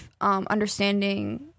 understanding